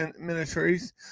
ministries